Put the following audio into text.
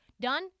Done